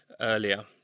earlier